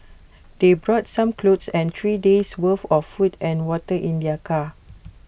they brought some clothes and three days' worth of food and water in their car